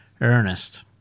Ernest